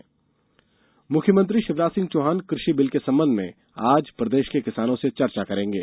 मुख्यमंत्री संवाद मुख्यमंत्री शिवराज सिंह चौहान कृषि बिल के संबंध में आज प्रदेश के किसानों से चर्चा करेंगे